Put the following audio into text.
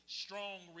strong